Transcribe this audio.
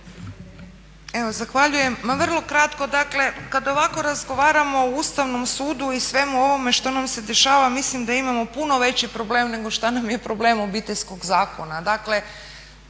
Evo zahvaljujem. Ma vrlo kratko dakle, kad ovako razgovaramo o Ustavnom sudu i svemu ovome što nam se dešava mislim da imamo puno veći problem nego što nam je problem Obiteljskog zakona.